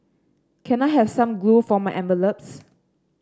can I have some glue for my envelopes